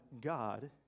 God